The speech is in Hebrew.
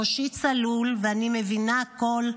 ראשי צלול ואני מבינה הכול,